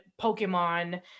Pokemon